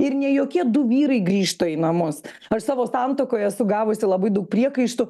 ir ne jokie du vyrai grįžta į namus aš savo santuokoj esu gavusi labai daug priekaištų